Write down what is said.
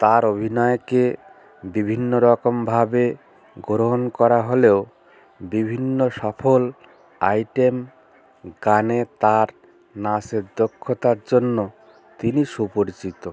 তার অভিনয়কে বিভিন্ন রকমভাবে গ্রহণ করা হলেও বিভিন্ন সফল আইটেম গানে তার নাচের দক্ষতার জন্য তিনি সুপরিচিত